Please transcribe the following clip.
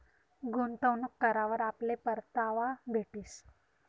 गुंतवणूक करावर आपले परतावा भेटीस